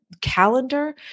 calendar